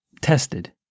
tested